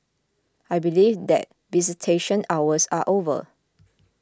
I believe that visitation hours are over